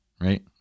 right